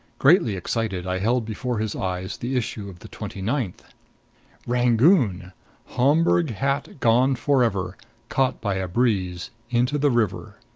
greatly excited, i held before his eyes the issue of the twenty-ninth rangoon homburg hat gone forever caught by a breeze into the river.